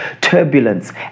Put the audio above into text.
turbulence